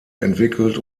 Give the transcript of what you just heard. entwickelt